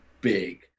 big